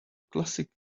classic